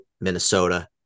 Minnesota